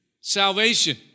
salvation